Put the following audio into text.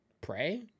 pray